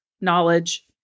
knowledge